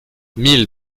mille